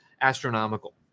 astronomical